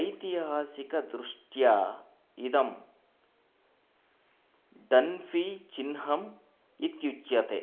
ऐतिहासिकदृष्ट्या इदं डन्फ़ी चिह्नम् इत्युच्यते